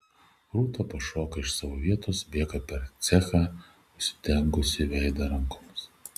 rūta pašoka iš savo vietos bėga per cechą užsidengusi veidą rankomis